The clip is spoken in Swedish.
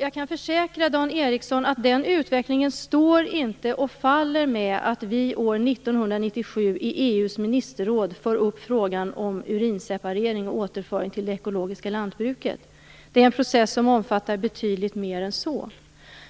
Jag kan försäkra Dan Ericsson att den utvecklingen inte står och faller med att vi år 1997 i EU:s ministerråd tar upp frågan om separering av urin och återföring till det ekologiska lantbruket. Det är fråga om en process som omfattar betydligt mer än så.